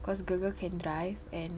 cause girl girl can drive and